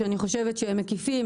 שאני חושבת שהם מקיפים.